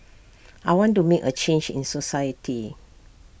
I want to make A change in society